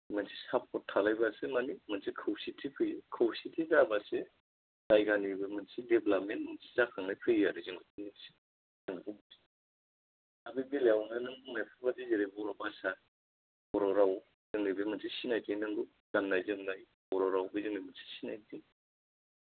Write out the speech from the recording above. मोनसे सापर्ट थालायबासो मानि मोनसे खौसेथि फैयो खौसेथि जाबासो जायगानिबो मोनसे डेभलपमेन्ट जाखांनाय फैयो आरो जोंनाव बेजों लोगोसे नोंगौ दा बे बेलायावनो नों बुंनायफोरबायदि जेरै बर' भासा बर' राव जोंनि बे मोनसे सिनायथि नंगौ गान्नाय जोमनाय बर' राव बे जोंनि मोनसे सिनायथि